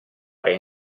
aria